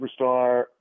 superstar